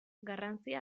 garrantzia